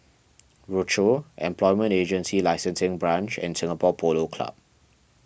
Rochor Employment Agency Licensing Branch and Singapore Polo Club